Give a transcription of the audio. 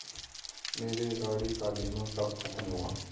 मेरे गाड़ी का बीमा कब खत्म होगा?